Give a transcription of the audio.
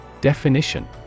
Definition